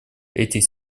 этих